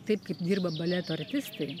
taip kaip dirba baleto artistai